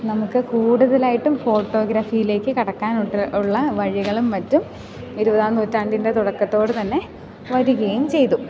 നമുക്ക് കൂടുതലായിട്ടും ഫോട്ടോഗ്രാഫിയിലേക്ക് കടക്കാനായിട്ടുള്ള വഴികളും മറ്റും ഇരുപതാം നൂറ്റാണ്ടിൻ്റെ തുടക്കത്തോടെതന്നെ വരികയും ചെയ്തു